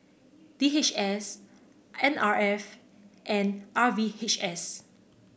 D H S N R F and R V H S